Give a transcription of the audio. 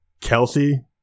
Kelsey